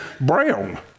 brown